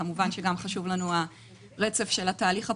כמובן חשוב לנו הרצף של התהליך הפרלמנטרי.